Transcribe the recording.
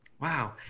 Wow